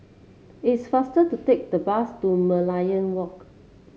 it's faster to take the bus to Merlion Walk